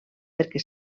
perquè